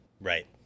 Right